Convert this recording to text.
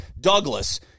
Douglas